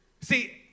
See